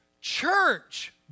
church